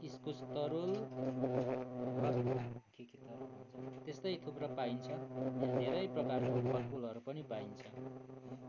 इस्कुस तरुल घर के के तरुल भन्छ त्यस्तै थुप्रो पाइन्छ यहाँ धेरै प्रकारको फलफुलहरू पनि पाइन्छ